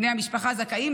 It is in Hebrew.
בני משפחה הזכאים,